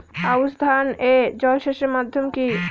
আউশ ধান এ জলসেচের মাধ্যম কি?